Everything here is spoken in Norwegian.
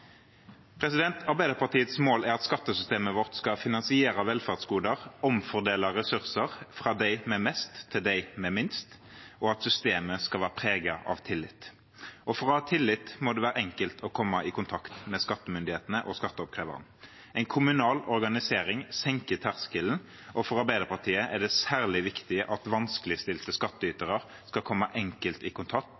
Arbeiderpartiets mål er at skattesystemet vårt skal finansiere velferdsgoder, omfordele ressurser fra dem med mest til dem med minst, og at systemet skal være preget av tillit. For å ha tillit må det være enkelt å komme i kontakt med skattemyndighetene og skatteoppkreveren. En kommunal organisering senker terskelen, og for Arbeiderpartiet er det særlig viktig at vanskeligstilte